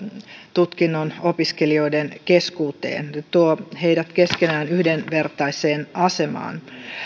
tutkinnon opiskelijoiden keskuuteen ja tuo heidät keskenään yhdenvertaiseen asemaan